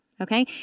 Okay